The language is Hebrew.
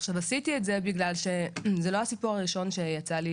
עשיתי את זה בגלל שזה לא הסיפור הראשון שיצא לי